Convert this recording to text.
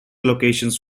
locations